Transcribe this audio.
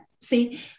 see